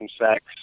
sex